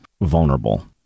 vulnerable